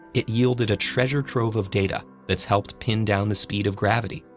it yielded a treasure trove of data that's helped pin down the speed of gravity,